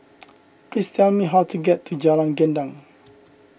please tell me how to get to Jalan Gendang